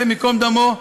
השם ייקום דמו,